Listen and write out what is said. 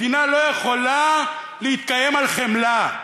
מדינה לא יכולה להתקיים על חמלה.